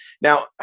Now